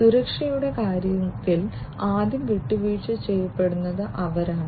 സുരക്ഷയുടെ കാര്യത്തിൽ ആദ്യം വിട്ടുവീഴ്ച ചെയ്യപ്പെടുന്നത് അവരാണ്